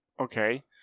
okay